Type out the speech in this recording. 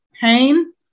pain